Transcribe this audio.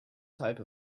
type